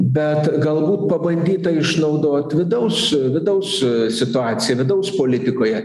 bet galbūt pabandyta išnaudot vidaus vidaus situaciją vidaus politikoje